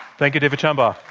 thank you, david shambaugh.